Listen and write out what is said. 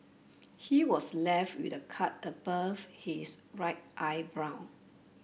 he was left with a cut above his right eyebrow